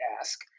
ask